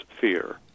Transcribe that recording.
fear